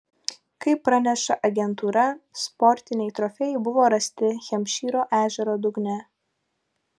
kaip praneša agentūra sportiniai trofėjai buvo rasti hempšyro ežero dugne